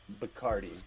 Bacardi